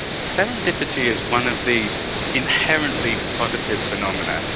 serendipity is one of these inherently positive phenomena.